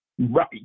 Right